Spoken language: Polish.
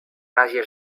razie